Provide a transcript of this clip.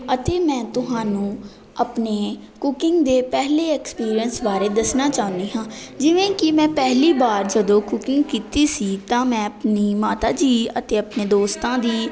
ਅਤੇ ਮੈਂ ਤੁਹਾਨੂੰ ਆਪਣੇ ਕੁਕਿੰਗ ਦੇ ਪਹਿਲੇ ਐਕਸਪੀਰੀਐਂਸ ਬਾਰੇ ਦੱਸਣਾ ਚਾਹੁੰਦੀ ਹਾਂ ਜਿਵੇਂ ਕਿ ਮੈਂ ਪਹਿਲੀ ਵਾਰ ਜਦੋਂ ਕੁਕਿੰਗ ਕੀਤੀ ਸੀ ਤਾਂ ਮੈਂ ਆਪਣੀ ਮਾਤਾ ਜੀ ਅਤੇ ਆਪਣੇ ਦੋਸਤਾਂ ਦੀ